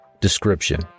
Description